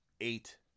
eight